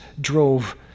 drove